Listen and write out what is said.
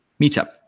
meetup